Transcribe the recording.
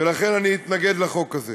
ולכן אני אתנגד לחוק הזה.